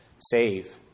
save